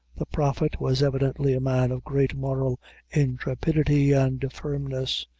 the prophet was evidently a man of great moral intrepidity and firmness.